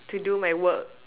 to do my work